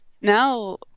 Now